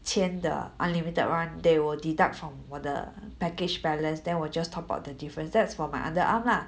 签 the unlimited one they will deduct from 我的 package balance then 我 just top up the difference that's for my my underarm lah